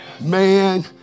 Man